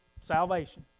salvation